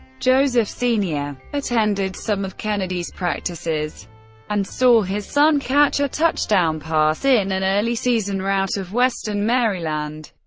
joseph sr. attended some of kennedy's practices and saw his son catch a touchdown pass in an early-season rout of western maryland.